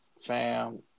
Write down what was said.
fam